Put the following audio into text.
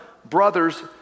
brothers